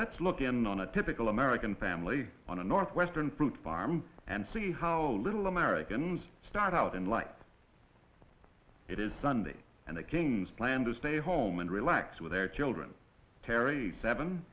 let's look in on a typical american family on a north western fruit farm and see how little americans start out in life it is sunday and the kings plan to stay home and relax with their children terry seven